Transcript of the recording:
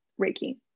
Reiki